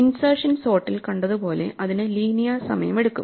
insertion സോർട്ടിൽ കണ്ടതു പോലെ അതിന് ലീനിയർ സമയമെടുക്കും